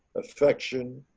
affection,